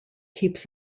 keeps